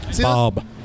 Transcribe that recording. Bob